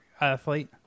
athlete